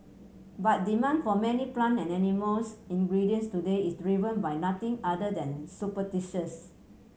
but demand for many plant and animals ingredients today is driven by nothing other than superstitions